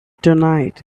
tonight